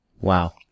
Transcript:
Wow